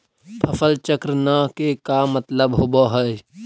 फसल चक्र न के का मतलब होब है?